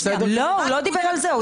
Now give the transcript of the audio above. לא, הוא לא דיבר על זה.